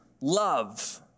love